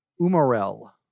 Umarel